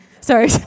Sorry